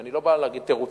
ואני לא בא להגיד תירוצים,